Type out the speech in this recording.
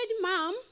mom